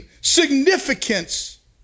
significance